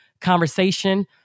conversation